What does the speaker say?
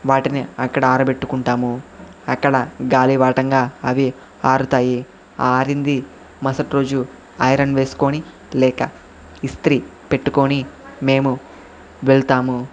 వాటిని అక్కడ ఆరబెట్టుకుంటాము అక్కడ గాలివాటంగా అవి ఆరుతాయి ఆ ఆరింది మరుసటి రోజు ఐరన్ వేసుకొని లేక ఇస్త్రీ పెట్టుకొని మేము వెళ్తాము